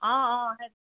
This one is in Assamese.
অ' অ' সেইটো